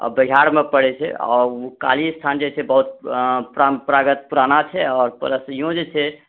बरिहारमे पड़ै छै आ ओ काली स्थान जे छै बहुत परम्परागत पुराना छै आओर प्लस यूँ जे छै